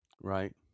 Right